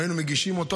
אם היינו מגישים אותו,